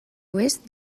oest